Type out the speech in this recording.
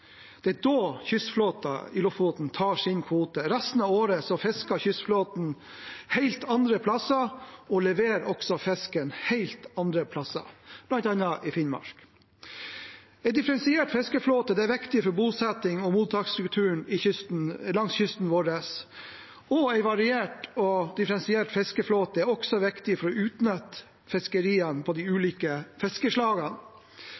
Det er da kystflåten i Lofoten tar sin kvote. Resten av året fisker kystflåten helt andre plasser og leverer også fisken helt andre plasser, bl.a. i Finnmark. En differensiert fiskeflåte er viktig for bosetting og mottaksstrukturen langs kysten vår. En variert og differensiert fiskeflåte er også viktig for å utnytte fiskeriene på de